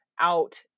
out